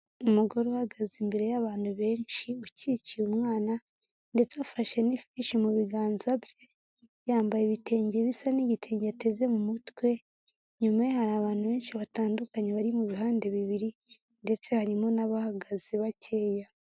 Umugore uhagaze imbere y'abantu benshi ukikiye umwana ndetse afashe n'ifishi mu biganza bye, yambaye ibitenge bisa n'igitenge ateze mu mutwe, inyuma ye hari abantu benshi batandukanye bari mu bihande bibiri ndetse harimo n'abahagaze bakeya.